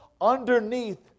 Underneath